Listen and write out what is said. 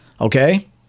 Okay